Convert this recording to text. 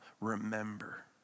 Remember